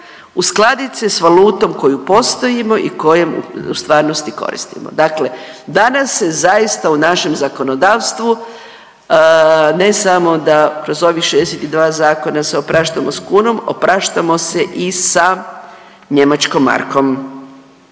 uskladit se s valutom koju postojimo i kojom u stvarnosti koristimo. Dakle, danas se zaista u našem zakonodavstvu ne samo da kroz ovih 62 zakona se opraštamo s kunom opraštamo se i sa njemačkom markom